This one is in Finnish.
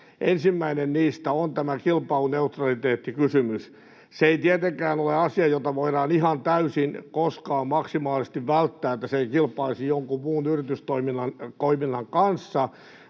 Ensimmäinen niistä on tämä kilpailuneutraliteettikysymys. Se ei tietenkään ole asia, jota voidaan koskaan ihan täysin maksimaalisesti välttää, niin että se ei kilpailisi jonkun muun yritystoiminnan kanssa,